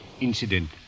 incident